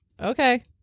Okay